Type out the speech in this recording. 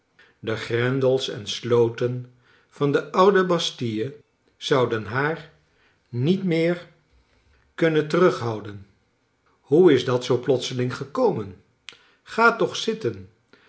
de grendels en sloten van de oude bastille zouden haar niet meer kunnen terughouden hoe is dat zoo plotseling gekomen g a toch zitten